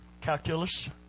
calculus